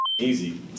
easy